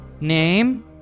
Name